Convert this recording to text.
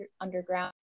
underground